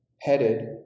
headed